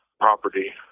property